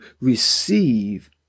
receive